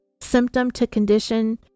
symptom-to-condition